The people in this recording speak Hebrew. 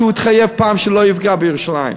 שפעם התחייב שלא יפגע בירושלים?